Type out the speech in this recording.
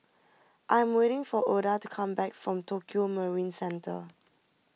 I am waiting for Ouida to come back from Tokio Marine Centre